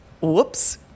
whoops